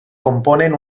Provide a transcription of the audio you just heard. componen